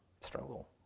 struggle